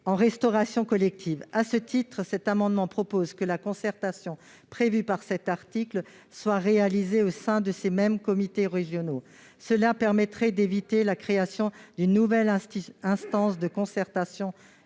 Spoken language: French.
en restauration collective. À ce titre, nous proposons que la concertation prévue par cet article soit réalisée au sein de ces mêmes comités régionaux. Cela permettrait d'éviter la création d'une nouvelle instance de concertation